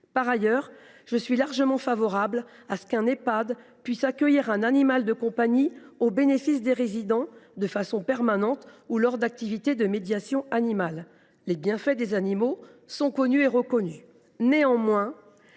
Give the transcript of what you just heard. Par ailleurs, je suis largement favorable à ce qu’un Ehpad puisse accueillir un animal de compagnie, de façon permanente ou lors d’activités de médiation animale. Les bienfaits des animaux sont connus et reconnus.